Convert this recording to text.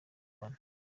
bana